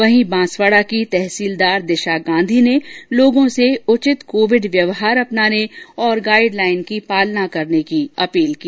वहीं बांसवाड़ा की तहसीलदार दिशा गांधी ने लोगों से उचित कोविड व्यवहार अपनाने और गाइड लाईन की पालना करने की अपील की